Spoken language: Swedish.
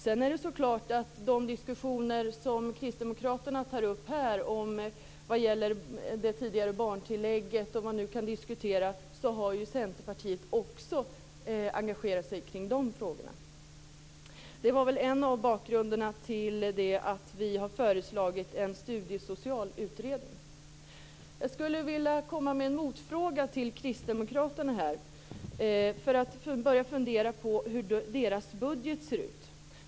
I fråga om de diskussioner som Kristdemokraterna tar upp här vad gäller det tidigare barntillägget vill jag säga att också Centerpartiet har engagerat sig kring dessa frågor. Det är en del av bakgrunden till att vi har föreslagit en studiesocial utredning. Kristdemokraterna. Jag funderar på hur deras budget ser ut.